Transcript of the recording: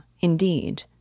indeed